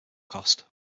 cost